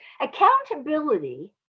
Accountability